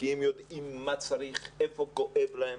כי הם באמת יודעים מה צריך ואיפה כואב להם.